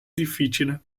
difficile